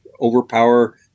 overpower